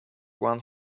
one